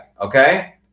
okay